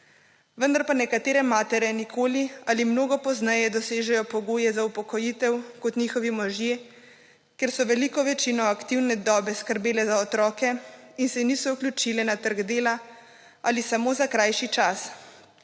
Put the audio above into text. Vendar pa nekatere matere nikoli ali mnogo pozneje dosežejo pogoje za upokojitev kot njihovi možje, ker so veliko večino aktivne dobe skrbele za otroke in se niso vključile na trg dela ali samo za krajši čas.